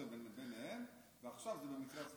רוטציה ביניהם, ועכשיו זה במקרה הספרדי.